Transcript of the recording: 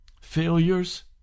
failures